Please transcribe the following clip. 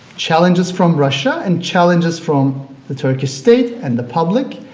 challenges from russia and challenges from the turkish state and the public,